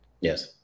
Yes